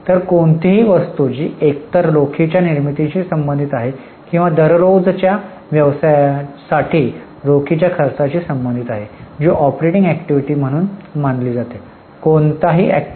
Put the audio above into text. तर कोणतीही वस्तू जी एकतर रोखीच्या निर्मितीशी संबंधित आहे किंवा दररोजच्या व्यवसायासाठी रोखीच्या खर्चाशी संबंधित आहे जी ऑपरेटिंग अॅक्टिव्हिटी म्हणून मानली जाते